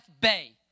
Bay